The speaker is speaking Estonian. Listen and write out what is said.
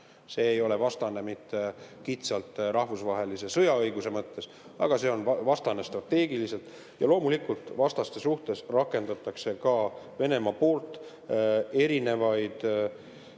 See ei ole vastane mitte kitsalt rahvusvahelise sõjaõiguse mõttes, aga see on vastane strateegiliselt. Ja loomulikult vastaste suhtes rakendatakse ka Venemaa poolt erinevaid